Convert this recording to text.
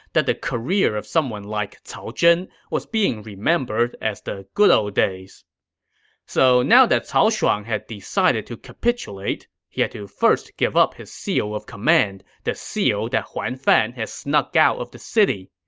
that the career of someone like cao zhen was being remembered as the good ol' days so now that cao shuang had decided to capitulate, he had to first give up his seal of command, the seal that huan fan had snuck out of the city.